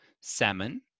Salmon